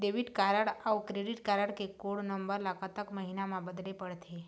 Debit card अऊ credit card के code number ला कतक महीना मा बदले पड़थे?